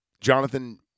Jonathan